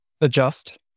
adjust